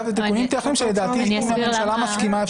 אלה תיקונים טכניים שלדעתי אם הממשלה מסכימה,